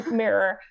mirror